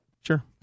Sure